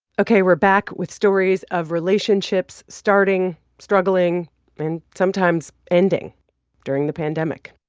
ok, we're back with stories of relationships starting, struggling and sometimes ending during the pandemic